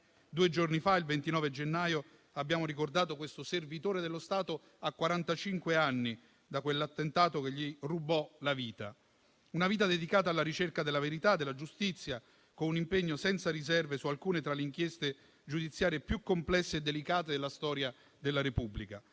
Due giorni fa, il 29 gennaio, abbiamo ricordato questo servitore dello Stato a quarantacinque anni da quell'attentato che gli rubò la vita; una vita dedicata alla ricerca della verità e della giustizia, con un impegno senza riserve su alcune tra le inchieste giudiziarie più complesse e delicate della storia della Repubblica.